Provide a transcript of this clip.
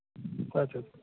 ᱟᱪᱷᱟ ᱟᱪᱷᱟ